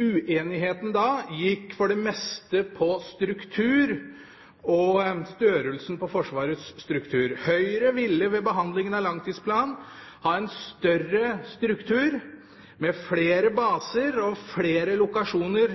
Uenigheten da gikk for det meste på struktur og størrelsen på Forsvarets struktur. Høyre ville ved behandlingen av langtidsplanen ha en større struktur, med flere baser og flere lokasjoner